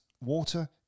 water